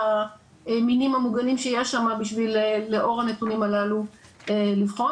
והמינים המוגנים שיש שם בשביל לאור הנתונים הללו לבחון.